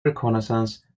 reconnaissance